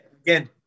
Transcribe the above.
again